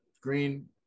Green